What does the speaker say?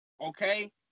Okay